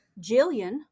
Jillian